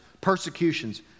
persecutions